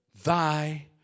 thy